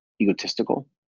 egotistical